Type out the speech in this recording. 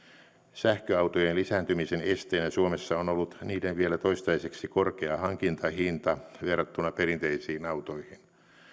sähköautojen määrän lisääntymisen esteenä suomessa on ollut niiden vielä toistaiseksi korkea hankintahinta verrattuna perinteisiin autoihin